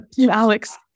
Alex